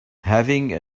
having